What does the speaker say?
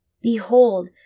behold